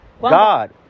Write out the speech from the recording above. God